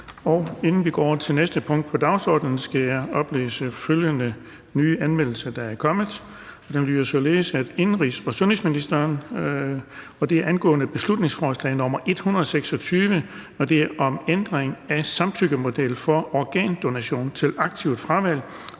Inden vi går over til næste punkt på dagsordenen, skal jeg oplæse følgende nye anmeldelse, der er kommet. Den lyder således: Indenrigs- og sundhedsministeren (Sophie Løhde): Beslutningsforslag nr. B 126 (Forslag til folketingsbeslutning om ændring af samtykkemodel for organdonation til en blød